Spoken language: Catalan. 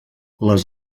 les